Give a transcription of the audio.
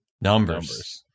numbers